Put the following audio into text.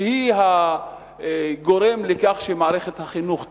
שהיא הגורם לכך שמערכת החינוך תקפוץ.